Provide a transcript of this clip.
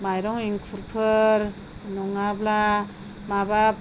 माइरं एंखुरफोर नङाब्ला माबा